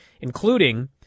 including